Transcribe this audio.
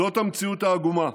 זאת המציאות העגומה.